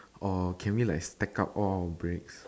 or can we like stack up all our breaks